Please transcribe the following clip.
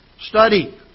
Study